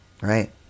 Right